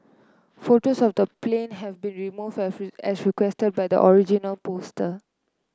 photos of the plane have been remove as requested by the original poster